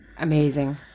Amazing